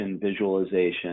visualization